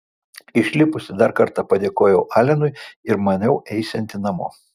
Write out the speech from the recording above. išlipusi dar kartą padėkojau alenui ir maniau eisianti namo